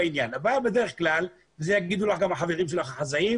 בדרך כלל זה יגידו גם החברים שלך החזאים